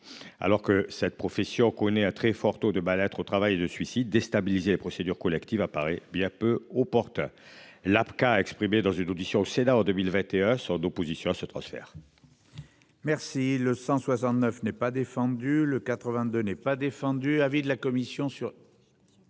Alors que cette profession connaît un très fort taux de mal-être au travail de suicide déstabiliser les procédures collectives à Paris bien peu au portent l'APCA exprimé dans une audition au Sénat en 2021 sur d'opposition à ce transfert.